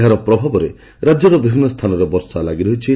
ଏହାର ପ୍ରଭାବରେ ରାଜ୍ୟର ବିଭିନ୍ ସ୍ତାନରେ ବର୍ଷା ଲାଗି ରହିଛି